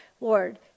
Lord